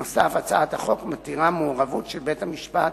נוסף על כך, הצעת החוק מתירה מעורבות של בית-המשפט